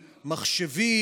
מחשבים,